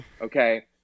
Okay